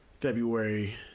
February